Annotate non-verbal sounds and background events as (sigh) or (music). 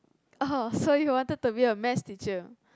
oh (laughs) so you wanted to be a maths teacher